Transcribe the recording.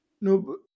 no